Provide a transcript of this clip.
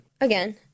Again